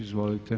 Izvolite.